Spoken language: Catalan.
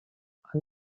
han